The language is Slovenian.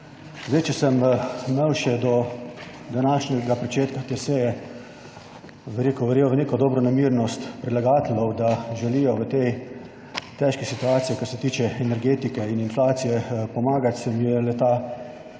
Zdaj, če sem imel še do današnjega pričetka te seje, bi rekel, verjel v neko dobronamernost predlagateljev, da želijo v tej težki situaciji, kar se tiče energetike in inflacije pomagati, se mi je le